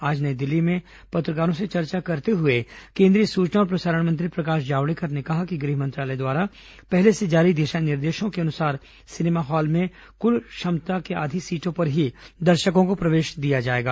आज नई दिल्ली में पत्रकारों से चर्चा करते हुए केंद्रीय सूचना और प्रसारण मंत्री प्रकाश जावड़ेकर ने कहा कि गृह मंत्रालय द्वारा पहले से जारी दिशा निर्देशों के अनुसार सिनेमा हॉल में कुल क्षमता के आधी सीटों पर ही दर्शकों को प्रवेश दिया जाएगा